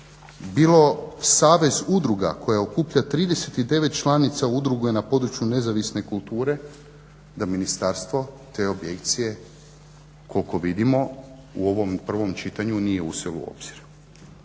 bilo savez udruga koja okuplja 39 članica udruge na području nezavisne kulture da ministarstvo te objekcije koliko vidimo u ovom prvom čitanju nije uzelo u obzir.